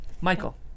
Michael